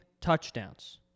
touchdowns